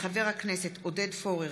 חברי הכנסת עודד פורר,